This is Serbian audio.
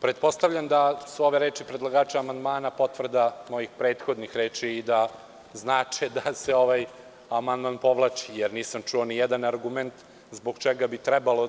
Pretpostavljam da su ove reči predlagača amandmana potvrda mojih prethodnih reči i da znače da se ovaj amandman povlači, jer nisam čuo ni jedan argument zbog čega bi trebalo